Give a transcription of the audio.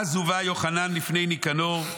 "אז הובא יוחנן לפני ניקנור,